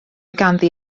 ganddi